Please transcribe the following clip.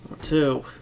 Two